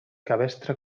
cabestre